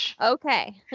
Okay